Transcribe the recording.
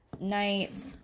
night